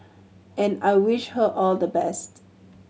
and I wish her all the best